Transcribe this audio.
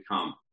come